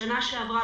בשנה שעברה,